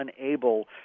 unable